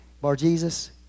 Bar-Jesus